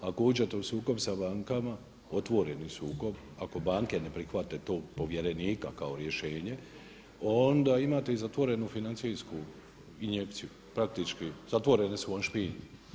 Ako uđete u sukob sa bankama, otvoreni sukob, ako banke ne prihvate tog povjerenika kao rješenje onda imate i zatvorenu financijsku injekciju, praktički zatvorene su vam špine.